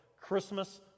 Christmas